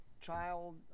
child